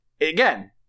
Again